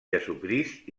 jesucrist